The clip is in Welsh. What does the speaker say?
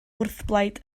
wrthblaid